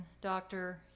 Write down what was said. doctor